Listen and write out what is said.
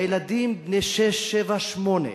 והילדים בני שש, שבע, שמונה,